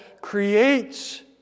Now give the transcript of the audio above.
creates